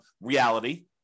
reality